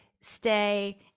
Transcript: stay